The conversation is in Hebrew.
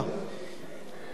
אמרת שאתה סוגר, לא?